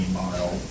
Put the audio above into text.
mile